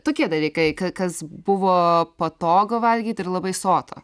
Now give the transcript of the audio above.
tokie dalykai kas buvo patogu valgyt ir labai sotu